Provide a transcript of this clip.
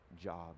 job